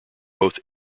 both